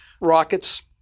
rockets